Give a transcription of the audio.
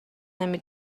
نمی